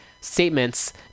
Statements